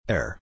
Air